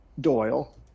Doyle